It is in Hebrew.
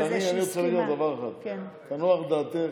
אבל אני רוצה להגיד לך דבר אחד: תנוח דעתך,